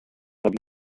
have